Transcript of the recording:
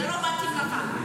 זה לא מתאים לך.